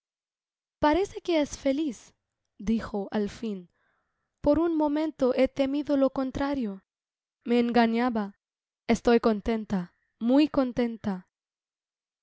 parece que es feliz dijo al fin por un momonto he temido lo contrario me engañaba estoy contenta muy contenta